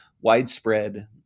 widespread